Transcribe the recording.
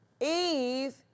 Eve